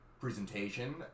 presentation